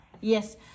Yes